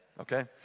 okay